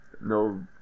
no